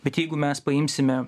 bet jeigu mes paimsime